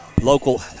local